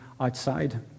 outside